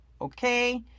Okay